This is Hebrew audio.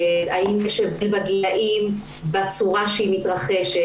סביב הגילים ובצורה שהיא מתרחשת,